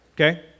okay